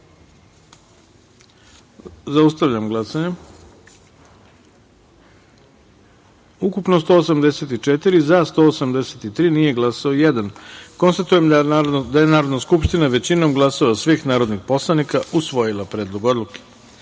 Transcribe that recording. taster. Zaustavljam glasanje. Ukupno 184, za – 183, nije glasao jedan. Konstatujem da je Narodna skupština većinom glasova svih narodnih poslanika usvojila Predlog